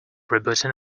rebooting